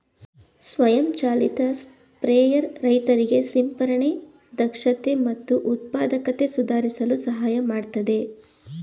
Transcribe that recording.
ಸ್ವಯಂ ಚಾಲಿತ ಸ್ಪ್ರೇಯರ್ ರೈತರಿಗೆ ಸಿಂಪರಣೆ ದಕ್ಷತೆ ಮತ್ತು ಉತ್ಪಾದಕತೆ ಸುಧಾರಿಸಲು ಸಹಾಯ ಮಾಡ್ತದೆ